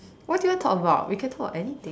what do you want talk about we can talk about anything